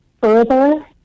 further